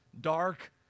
Dark